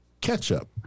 ketchup